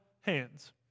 hands